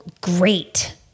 great